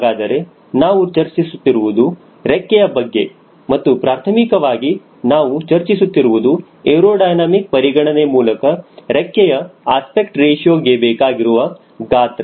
ಹಾಗಾದರೆ ನಾವು ಚರ್ಚಿಸುತ್ತಿರುವುದು ರೆಕ್ಕೆಯ ಬಗ್ಗೆ ಮತ್ತು ಪ್ರಾಥಮಿಕವಾಗಿ ನಾವು ಚರ್ಚಿಸುತ್ತಿರುವುದು ಏರೋಡೈನಮಿಕ್ ಪರಿಗಣನೆ ಮೂಲಕ ರೆಕ್ಕೆಯ ಅಸ್ಪೆಕ್ಟ್ ರೇಶಿಯೋ ಗೆ ಬೇಕಾಗಿರುವ ಗಾತ್ರ